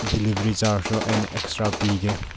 delivery ꯆꯥꯔꯖꯁꯨ ꯑꯩꯅ extra ꯄꯤꯒꯦ